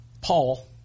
Paul